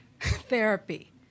Therapy